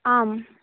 आम्